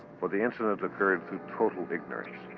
for the incident occurred through total ignorance.